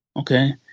okay